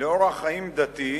לאורח חיים דתי,